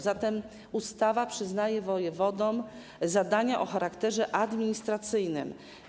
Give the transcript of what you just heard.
Zatem ustawa przydziela wojewodom zadania o charakterze administracyjnym.